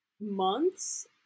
months